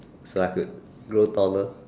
is like a grow taller